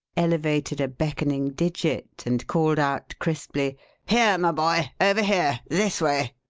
elevated a beckoning digit, and called out crisply here, my boy over here this way!